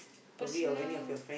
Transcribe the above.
personal